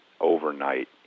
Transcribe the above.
overnight